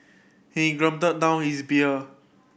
he gulped down his beer